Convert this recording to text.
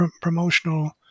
promotional